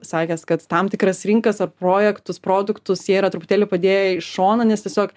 sakęs kad tam tikras rinkas ar projektus produktus jie yra truputėlį padėję į šoną tiesiog